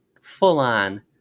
full-on